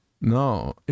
No